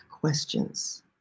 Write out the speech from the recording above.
questions